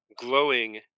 glowing